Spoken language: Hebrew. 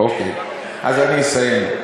אוקיי, אז אני אסיים.